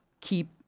keep